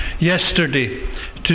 yesterday